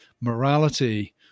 morality